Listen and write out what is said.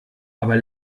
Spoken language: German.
aber